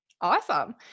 awesome